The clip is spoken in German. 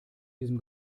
diesem